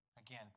Again